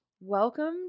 Welcome